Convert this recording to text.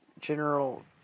general